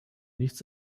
nichts